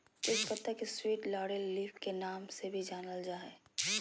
तेज पत्ता के स्वीट लॉरेल लीफ के नाम से भी जानल जा हइ